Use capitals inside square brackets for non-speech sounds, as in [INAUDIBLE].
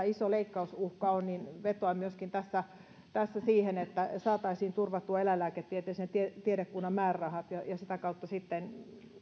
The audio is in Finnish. [UNINTELLIGIBLE] iso leikkausuhka ja vetoan myöskin tässä siihen että saataisiin turvattua eläinlääketieteellisen tiedekunnan määrärahat ja sitä kautta sitten